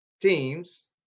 teams